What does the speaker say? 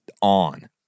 on